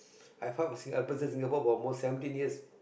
I fight with Singapore for almost seventeen years